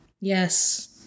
Yes